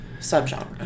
Subgenre